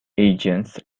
agents